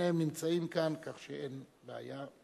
שניהם נמצאים כאן, כך שאין בעיה.